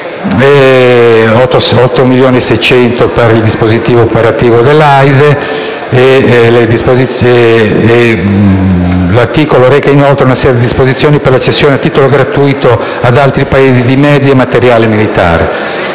il mantenimento del dispositivo info-operativo dell'AISE. L'articolo reca inoltre una serie di disposizioni per la cessione a titolo gratuito ad altri Paesi di mezzi e materiale militare.